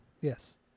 Yes